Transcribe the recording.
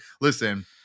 Listen